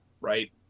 right